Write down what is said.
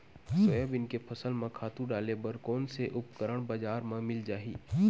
Soybean के फसल म खातु डाले बर कोन से उपकरण बजार म मिल जाहि?